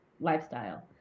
lifestyle